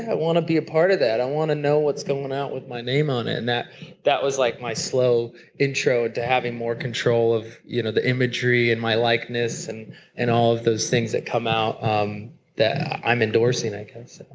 i want to be a part of that. i want to know what's going out with my name on it. and that that was like my slow intro into having more control of you know the imagery and my likeness and and all of those things that come out um that i'm endorsing, i guess.